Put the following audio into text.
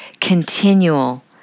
continual